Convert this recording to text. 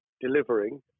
delivering